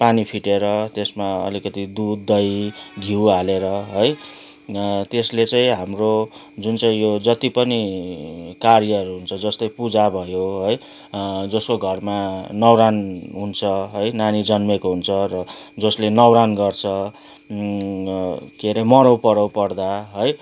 पानी फिटेर त्यसमा अलिकति दुध दही घिउ हालेर है त्यसले चाहिँ हाम्रो जुन चाहिँ यो जति पनि कार्यहरू हुन्छ जस्तै पुजा भयो है जसको घरमा न्वारन हुन्छ है नानी जन्मिएको हुन्छ र जसले न्वारन गर्छ के अरे मराउ परौ पर्दा है